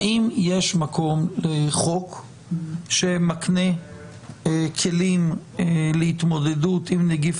האם יש מקום לחוק שמקנה כלים להתמודדות עם נגיף